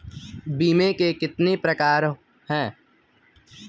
बीमे के कितने प्रकार हैं?